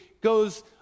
goes